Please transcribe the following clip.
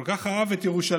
הוא כל כך אהב את ירושלים,